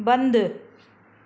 बंदि